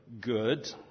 good